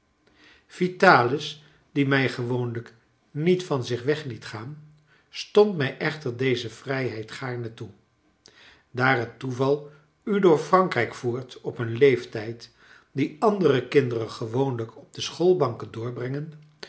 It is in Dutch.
vitalis die mij gewoonlijk niet van zich weg liet gaan stond mij echter deze vrijheid gaarne toe daar het toeval u door frankrijk voert op een leeftijd dien andere kinderen gewoonlijk op de schoolbanken doorbrengen